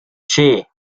che